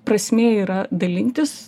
prasmė yra dalintis tu